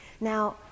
Now